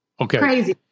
Okay